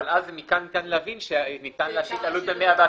אבל אז מכאן ניתן להבין שניתן להשית עלות בעקיפין.